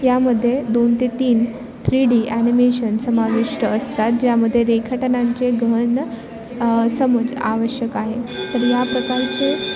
यामध्ये दोन ते तीन थ्री डी ॲनिमेशन समाविष्ट असतात ज्यामध्ये रेखाटनांचे गहन समज आवश्यक आहे तर या प्रकारचे